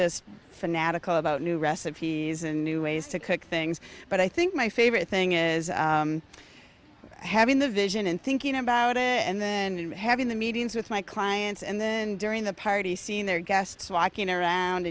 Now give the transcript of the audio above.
just fanatical about new recipes and new ways to cook things but i think my favorite thing is having the vision and thinking about it and then having the meetings with my clients and then during the party seeing their guests walking around